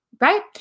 right